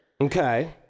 Okay